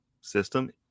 system